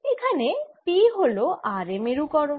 এখানে P হল r এ মেরুকরন